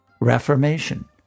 reformation